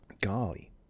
Golly